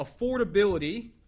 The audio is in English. affordability